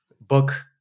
book